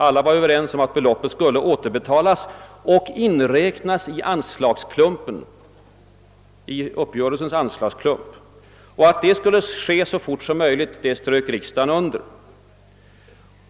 Alla var överens om att beloppet skulle återbetalas och inräknas i uppgörelsens anslagsklump och att det skulle ske så fort som möjligt strök riksdagen under.